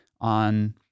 On